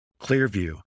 Clearview